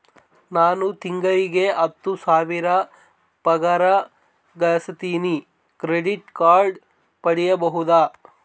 ನಾನು ತಿಂಗಳಿಗೆ ಹತ್ತು ಸಾವಿರ ಪಗಾರ ಗಳಸತಿನಿ ಕ್ರೆಡಿಟ್ ಕಾರ್ಡ್ ಪಡಿಬಹುದಾ?